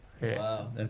Wow